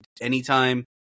anytime